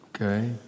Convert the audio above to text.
Okay